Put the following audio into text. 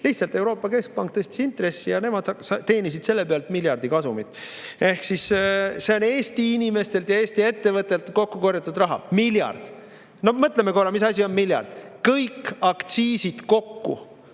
lihtsalt Euroopa Keskpank tõstis intresse ja nemad teenisid selle pealt miljardi kasumit. See on Eesti inimestelt ja Eesti ettevõtetelt kokku korjatud raha – miljard. Mõtleme korra, mis asi on miljard. Kõik aktsiisid kokku